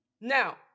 Now